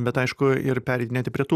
bet aišku ir pereidinėti prie tų